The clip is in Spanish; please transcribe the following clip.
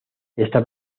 esta